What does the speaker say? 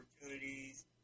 opportunities